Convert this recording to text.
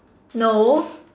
no